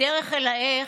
בדרך אל ה"איך"